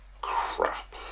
crap